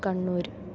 Kannur